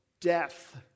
death